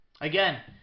again